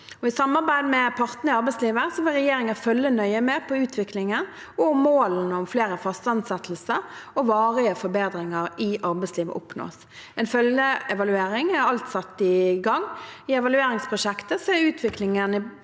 I samarbeid med partene i arbeidslivet vil regjeringen følge nøye med på utviklingen og på om målene om flere faste ansettelser og varige forbedringer i arbeidslivet oppnås. En følgeevaluering er alt satt i gang. I evalueringsprosjektet er utviklingen